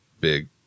big